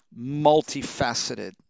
multifaceted